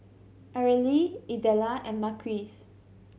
Arely Idella and Marquis